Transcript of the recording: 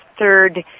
third